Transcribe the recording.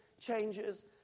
changes